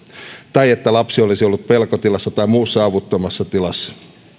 tai että lapsi olisi ollut pelkotilassa tai muussa avuttomassa tilassa